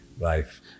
Life